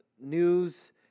news